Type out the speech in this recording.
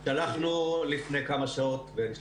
שלחנו לפני כמה שעות ונשלח